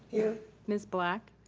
here. ms. black,